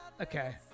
Okay